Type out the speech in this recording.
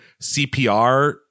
cpr